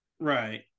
Right